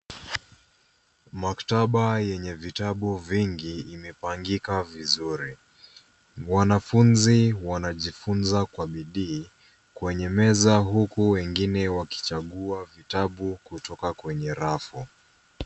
Maktaba yenye vitabu vingi imepangika vizuri. Wanafunzi wanajifunza kwa bidii kwenye meza huku wengine wakichagua vitabu kutoka kwenye rafu.